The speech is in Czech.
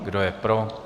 Kdo je pro?